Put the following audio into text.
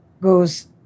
goes